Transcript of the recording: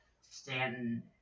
Stanton